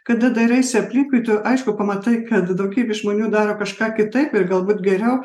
kada dairaisi aplinkui tu aišku pamatai kad daugybė žmonių daro kažką kitaip ir galbūt geriau